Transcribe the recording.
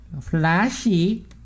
flashy